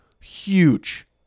huge